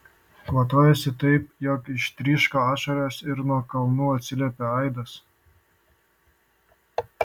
kvatojosi taip jog ištryško ašaros ir nuo kalnų atsiliepė aidas